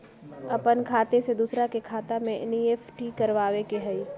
अपन खाते से दूसरा के खाता में एन.ई.एफ.टी करवावे के हई?